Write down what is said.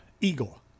Eagle